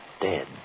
dead